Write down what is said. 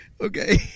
Okay